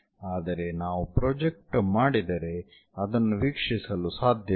ಆದರೆ ನಾವು ಪ್ರೊಜೆಕ್ಟ್ ಮಾಡಿದರೆ ಅದನ್ನು ವೀಕ್ಷಿಸಲು ಸಾಧ್ಯವಿಲ್ಲ